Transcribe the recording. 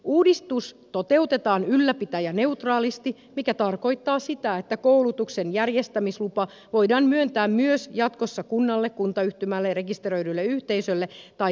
uudistus toteutetaan ylläpitäjäneutraalisti mikä tarkoittaa sitä että koulutuksen järjestämislupa voidaan myöntää myös jatkossa kunnalle kuntayhtymälle rekisteröidylle yhteisölle tai säätiölle